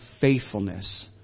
faithfulness